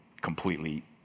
completely